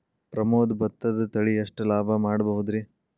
ಪ್ರಮೋದ ಭತ್ತದ ತಳಿ ಎಷ್ಟ ಲಾಭಾ ಮಾಡಬಹುದ್ರಿ?